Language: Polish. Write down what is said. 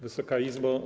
Wysoka Izbo!